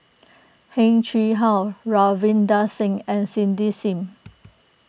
Heng Chee How Ravinder Singh and Cindy Sim